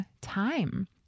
time